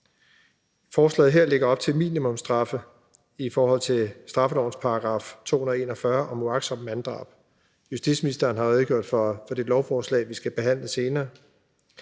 Forslaget her lægger op til minimumsstraffe i forhold til straffelovens § 241 om uagtsomt manddrab. Justitsministeren har redegjort for det lovforslag, vi skal behandle senere.